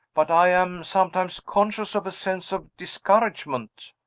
but i am sometimes conscious of a sense of discouragement.